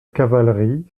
cavalerie